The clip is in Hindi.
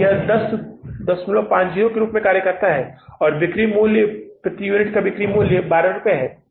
1050 के रूप में काम करता है और बिक्री मूल्य है कि प्रति यूनिट बिक्री मूल्य रुपये 12 है